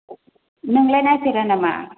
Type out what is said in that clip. नोंलाय नायफेरा नामा